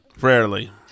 Rarely